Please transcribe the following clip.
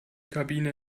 kabine